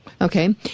Okay